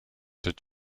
did